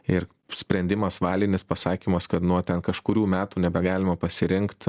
ir sprendimas valinis pasakymas kad nuo ten kažkurių metų nebegalima pasirinkt